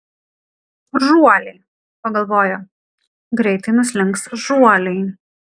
žuoliai pagalvojo greitai nuslinks žuoliai